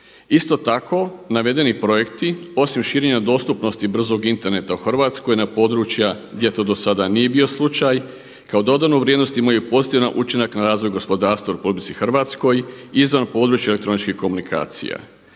Isto tako, navedeni projekti osim širenja dostupnosti brzog interneta u Hrvatskoj na područja gdje to do sada nije bio slučaj kao dodanu vrijednost imaju pozitivan učinak na razvoj gospodarstva u Republici Hrvatskoj izvan područja elektroničkih komunikacija.